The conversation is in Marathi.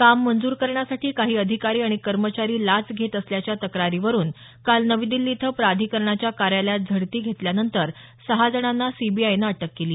काम मंजूर करण्यासाठी काही अधिकारी आणि कर्मचारी लाच घेत असल्याच्या तक्रारीवरुन काल नवी दिल्ली इथं प्राधिकरणाच्या कार्यालयात झडती घेतल्यानंतर सहाजणांना सीबीआयनं अटक केली